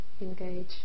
engage